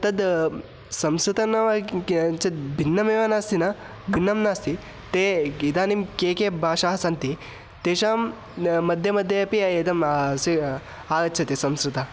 तत् संस्कृतं नाम किं किञ्चित् भिन्नमेव नास्ति न भिन्नं नास्ति ते किं इदानीं के के भाषाः सन्ति तेषां मध्ये मध्ये अपि इदं आगच्छति संस्कृतं